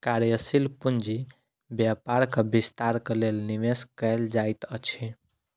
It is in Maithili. कार्यशील पूंजी व्यापारक विस्तार के लेल निवेश कयल जाइत अछि